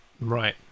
Right